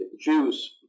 Jews